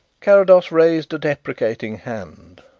carrados raised a deprecating hand.